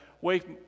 wake